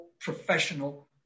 professional